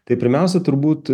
tai pirmiausia turbūt